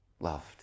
loved